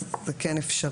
אז זה כן אפשרי.